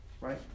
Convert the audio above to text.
right